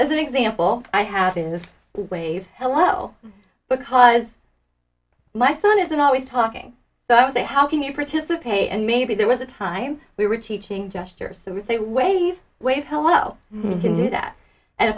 as an example i have this wave hello because my son isn't always talking so i would say how can you participate and maybe there was a time we were teaching gestures there was a wave wave hello can do that and